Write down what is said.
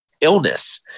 illness